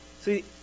See